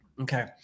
Okay